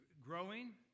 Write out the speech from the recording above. growing